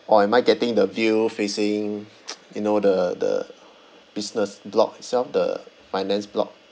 or am I getting the view facing you know the the business block itself the finance block